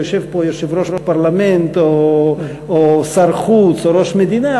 ויושב פה יושב-ראש פרלמנט או שר חוץ או ראש מדינה,